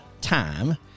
Time